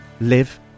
live